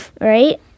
right